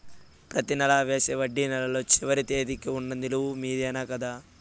ప్రతి నెల వేసే వడ్డీ నెలలో చివరి తేదీకి వున్న నిలువ మీదనే కదా?